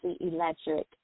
Electric